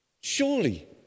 surely